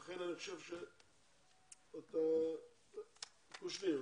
קושניר,